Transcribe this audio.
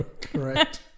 Correct